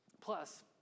Plus